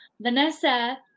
Vanessa